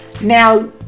Now